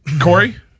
Corey